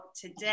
today